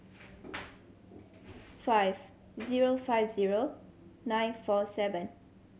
five zero five zero nine four seven